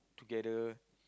together